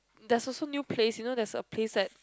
there's also new place you know there's a place that